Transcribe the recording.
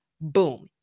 Boom